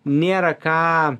nėra ką